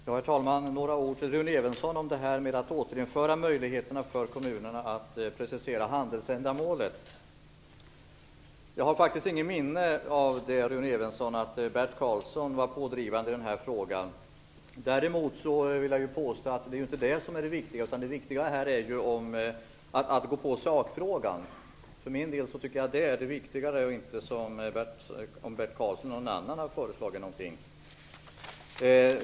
Fru talman! Jag vill säga några ord till Rune Evensson om det här med att återinföra möjligheterna för kommunerna att precisera handelsändamålet. Jag har faktiskt inget minne av att Bert Karlsson var pådrivande i den här frågan. Däremot vill jag påstå att det inte är detta som är det viktigaste, utan det viktiga är ju att gå på sakfrågan. För min del är det viktigare än om det är Bert Karlsson eller någon annan som har föreslagit någonting.